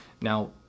Now